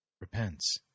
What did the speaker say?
repents